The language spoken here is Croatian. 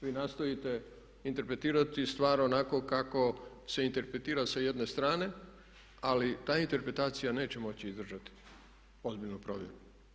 Vi nastojite interpretirati stvar onako kako se interpretira sa jedne strane ali ta interpretacija neće moći izdržati ozbiljnu provjeru.